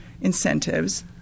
incentives